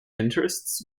interests